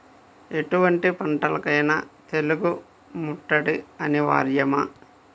ఎటువంటి పంటలకైన తెగులు ముట్టడి అనివార్యమా?